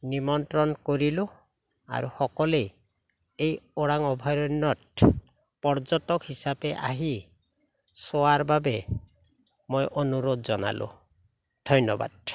নিমন্ত্ৰণ কৰিলোঁ আৰু সকলোৱে এই ওৰাং অভয়াৰণ্যত পৰ্যটক হিচাপে আহি চোৱাৰ বাবে মই অনুৰোধ জনালোঁ ধন্যবাদ